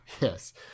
Yes